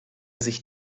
sich